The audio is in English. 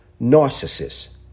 narcissist